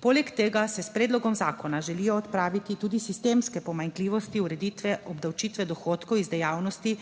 Poleg tega se s predlogom zakona želijo odpraviti tudi sistemske pomanjkljivosti ureditve obdavčitve dohodkov iz dejavnosti